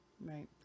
Right